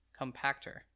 compactor